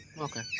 Okay